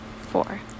four